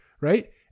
right